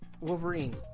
Wolverine